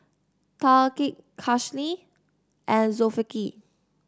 Thaqif Khalish and Zulkifli